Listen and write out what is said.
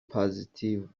positive